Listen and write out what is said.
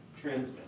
transmit